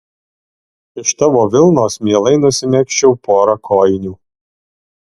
iš tavo vilnos mielai nusimegzčiau porą kojinių